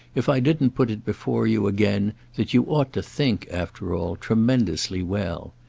if i didn't put it before you again that you ought to think, after all, tremendously well.